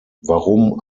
warum